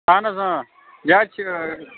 اَہَن حظ یہِ حظ چھِ